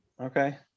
Okay